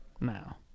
now